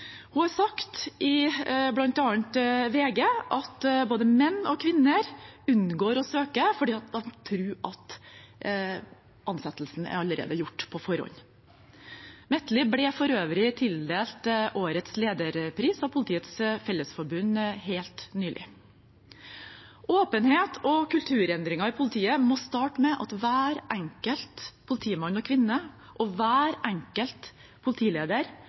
Hun har sagt i bl.a. VG at både menn og kvinner unngår å søke fordi de tror at ansettelsen allerede er gjort på forhånd. Metlid ble for øvrig tildelt årets lederpris av Politiets Fellesforbund helt nylig. Åpenhet og kulturendringer i politiet må starte med at hver enkelt politimann og -kvinne og hver enkelt politileder